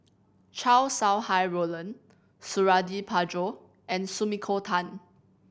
Chow Sau Hai Roland Suradi Parjo and Sumiko Tan